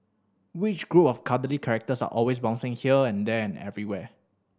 which group of cuddly characters are always bouncing here and there and everywhere